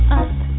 up